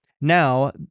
Now